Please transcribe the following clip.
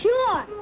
Sure